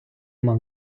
мав